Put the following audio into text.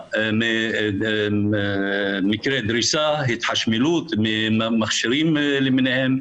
כתוצאה ממקרי דריסה, התחשמלות, מכשירים למיניהם.